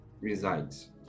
resides